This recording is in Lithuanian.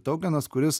toukenas kuris